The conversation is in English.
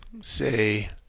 say